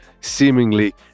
seemingly